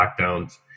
lockdowns